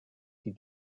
die